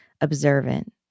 observant